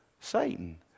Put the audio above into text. satan